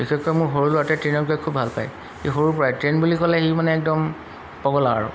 বিশেষকৈ মোৰ সৰু ল'ৰাটোৱে ট্ৰেইনত গৈ খুব ভাল পায় সি সৰুৰ পৰাই ট্ৰেইন বুলি ক'লে সি মানে একদম পগলা আৰু